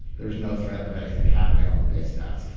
there is no threat of anything happening on the base paths.